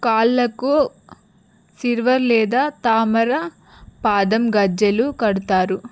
కళ్ళకు సిల్వర్ లేదా తామర పాదం గజ్జలు కడతారు